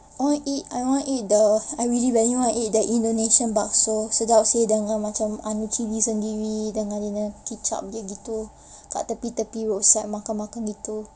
I want eat I want to eat the I really want to eat the indonesian bakso sedap seh dengan macam chilli sendiri dengan kicap dia gitu kat tepi-tepi roadside makan-makan gitu